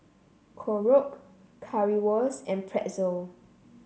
Korokke Currywurst and Pretzel